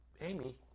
Amy